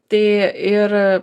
tai ir